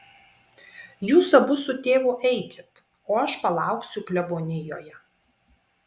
jūs abu su tėvu eikit o aš palauksiu klebonijoje